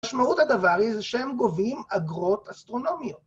משמעות הדבר היא שהם גובים אגרות אסטרונומיות.